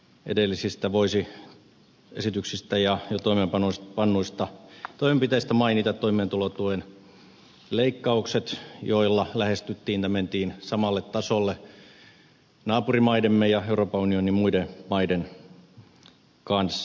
edellisistä esityksistä ja jo toimeenpannuista toimenpiteistä voisi mainita toimeentulotuen leikkaukset joilla lähestyttiin tai mentiin samalle tasolle naapurimaidemme ja euroopan unionin muiden maiden kanssa